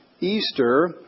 Easter